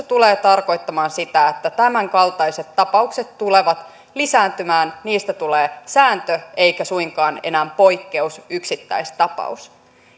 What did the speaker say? tulee tarkoittamaan sitä että tämänkaltaiset tapaukset tulevat lisääntymään niistä tulee sääntö eikä suinkaan enää poikkeus yksittäistapaus